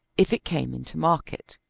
if it came into market.